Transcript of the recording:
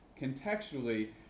contextually